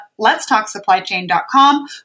letstalksupplychain.com